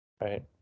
right